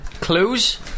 clues